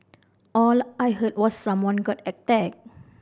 all I heard was someone got attack